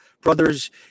brothers